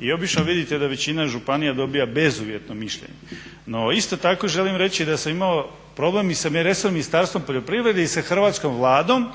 i obično vidite da većina županija dobiva bezuvjetno mišljenje. No isto tako želim reći da sam imao problem i sa resornim Ministarstvom poljoprivrede i sa Hrvatskom Vladom